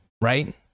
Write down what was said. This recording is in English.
right